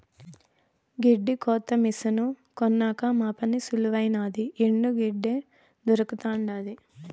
గెడ్డి కోత మిసను కొన్నాక మా పని సులువైనాది ఎండు గెడ్డే దొరకతండాది